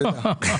שתדע.